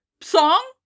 song